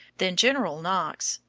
then general knox,